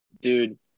Dude